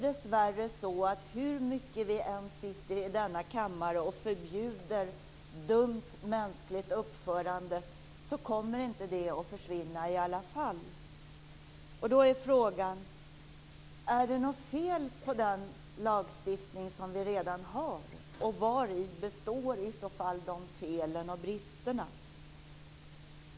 Dessvärre är det så att hur mycket vi än sitter i denna kammare och förbjuder dumt mänskligt uppförande så kommer det inte att försvinna. Frågan är: Är det något fel på den lagstiftning vi redan har, och vari består i så fall de felen och bristerna?